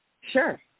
Sure